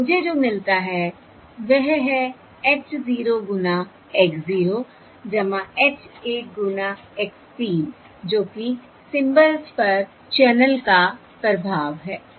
तो मुझे जो मिलता है वह है h 0 गुना x 0 h 1 गुना x 3 जो कि सिंबल्स पर चैनल का प्रभाव है